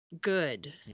good